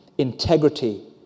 Integrity